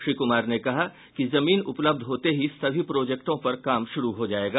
श्री कुमार ने कहा कि जमीन उपलब्ध होते ही सभी प्रोजेक्टों पर काम शुरू हो जायेगा